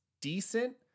decent